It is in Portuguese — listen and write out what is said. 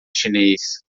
chinês